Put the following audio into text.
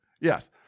Yes